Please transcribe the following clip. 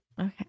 Okay